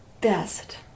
best